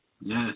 Yes